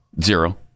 Zero